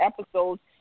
episodes